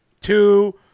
two